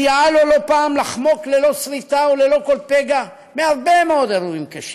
סייעה לו לא פעם לחמוק ללא סריטה וללא כל פגע מהרבה מאוד אירועים קשים.